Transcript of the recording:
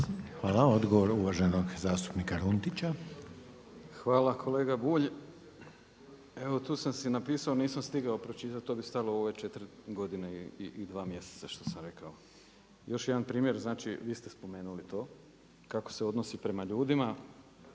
Hvala. Odgovor uvaženog zastupnika Runtića. **Runtić, Hrvoje (MOST)** Hvala. Kolega bulj, evo tu sam si napisao, nisam stigao pročitati, to bi stalo u ove 4 godine i 2 mjeseca što sam rekao. Još jedan primjer, znači vi ste spomenuli to, kako se odnosi prema ljudima.